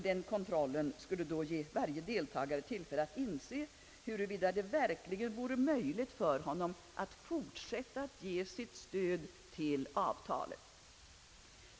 Den kontrollen skulle då ge varje deltagare tillfälle att bedöma, huruvida det verkligen vore möjligt för honom att fortsätta att ge sitt stöd till avtalet.